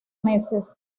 meses